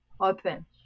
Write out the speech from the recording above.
open